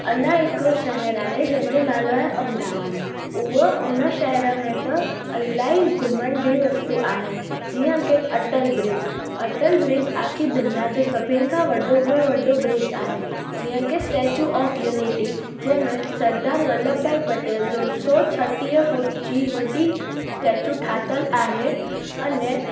अञा हिकिड़ो शहरु आहे जंहिंजो नालो आहे अहमदाबाद उहो उन शहर में त इलाही घुमण जी वस्तू आहिनि जीअं की अटल ब्रिज अटल ब्रिज आकी दुनिया जो सभिनि खां वॾो में वॾो ब्रिज आहे जीअं की स्टैचू ऑफ़ युनिटी जंहिंमें सरदार वलभ भाई पटेल जो सौ छटीह फ़ुट जी वॾी स्टैचू ठातल आहे अने